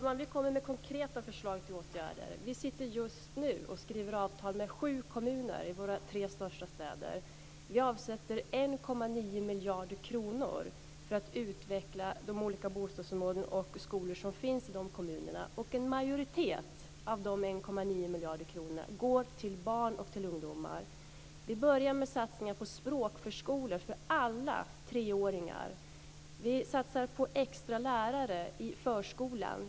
Herr talman! Vi har konkreta förslag till åtgärder. Just nu håller vi på att träffa avtal med sju kommuner i våra tre största städer. Vi avsätter 1,9 miljarder kronor för att utveckla olika bostadsområden och skolor som finns i dessa kommuner. En majoritet av dessa 1,9 miljarder kronor går till barn och ungdomar. Vi börjar med att satsa på språkförskolor för alla treåringar. Vi satsar på extra lärare i förskolan.